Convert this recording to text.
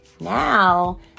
now